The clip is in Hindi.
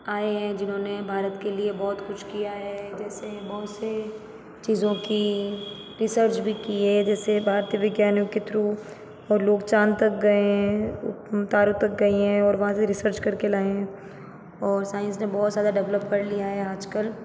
आएं हैं जिन्होंने भारत के लिए बहुत कुछ किया है जैसे बहुत से चीज़ों की रिसर्च भी की है जैसे भारतीय वैज्ञानिकों के थ्रू और लोग चाँद तक गए हैं तारों तक गए हैं और वहाँ से रिसर्च करके लाए हैं और साइंस ने बहुत ज़ादा डेवलप कर लिया है आजकल